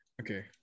Okay